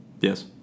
Yes